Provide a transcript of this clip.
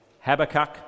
Habakkuk